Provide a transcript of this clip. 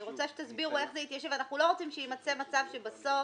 אנחנו לא רוצים שיימצא מצב שבסוף,